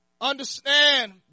Understand